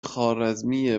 خوارزمی